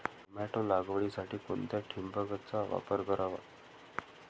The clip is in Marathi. टोमॅटो लागवडीसाठी कोणत्या ठिबकचा वापर करावा?